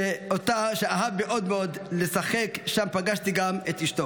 שהוא אהב מאוד מאוד לשחק, ושם פגשתי גם את אשתו.